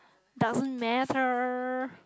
doesn't matter